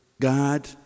God